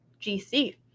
GC